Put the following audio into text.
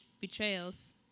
betrayals